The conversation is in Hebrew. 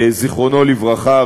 זיכרונו לברכה.